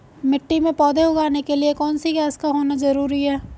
मिट्टी में पौधे उगाने के लिए कौन सी गैस का होना जरूरी है?